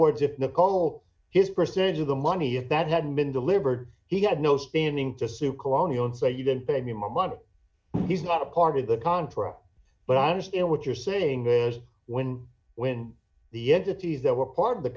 words if nicole his percentage of the money if that hadn't been delivered he had no standing to sue colonial and say you can pay me my money he's not a part of the contra but i understand what you're saying there's when when the entities that were part of the